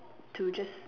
to just